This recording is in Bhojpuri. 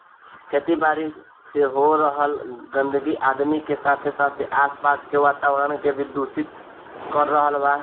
खेती बारी से हो रहल गंदगी आदमी के साथे साथे आस पास के वातावरण के भी दूषित कर रहल बा